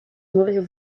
morgen